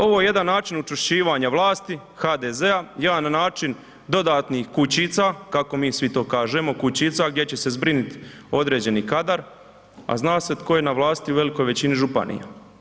Ovo je jedan način učvršćivanja vlasti HDZ-a, jedan način dodatnih kućica kako mi svi to kažemo kućica gdje će se zbrinuti određeni kadar, a zna se tko je na vlasti u velikoj većini županija.